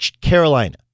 Carolina